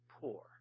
poor